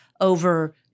over